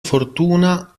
fortuna